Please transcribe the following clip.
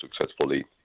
successfully